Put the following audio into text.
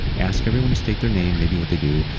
ask everyone to state their name maybe what they do,